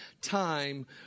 time